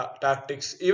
tactics